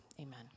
Amen